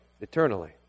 eternally